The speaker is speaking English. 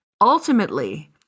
Ultimately